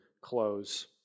close